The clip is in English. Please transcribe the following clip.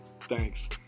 Thanks